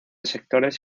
sectores